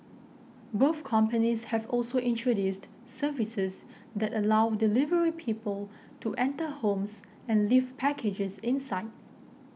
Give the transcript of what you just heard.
both companies have also introduced services that allow delivery people to enter homes and leave packages inside